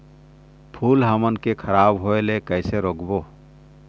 फूल हमन के खराब होए ले कैसे रोकबो?